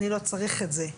אני לא צריך את זה.